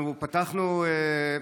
אנחנו פתחנו,